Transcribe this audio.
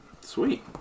Sweet